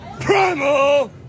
Primal